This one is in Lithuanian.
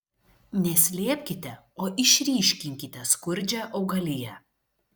ne slėpkite o išryškinkite skurdžią augaliją